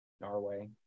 Norway